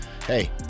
hey